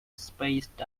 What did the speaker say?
spaced